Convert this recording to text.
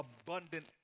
abundant